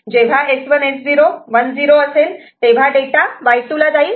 जेव्हा S1 S0 10 असेल तेव्हा डेटा Y2 ला जाईल